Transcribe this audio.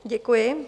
Děkuji.